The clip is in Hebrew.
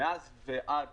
מאז ועד